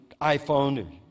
iPhone